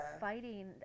fighting